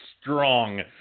strong